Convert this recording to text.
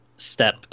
step